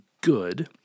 good—